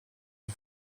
une